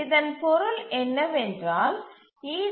இதன் பொருள் என்னவென்றால் ஈ